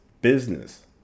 business